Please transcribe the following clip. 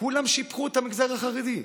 כולם שיבחו את המגזר החרדי,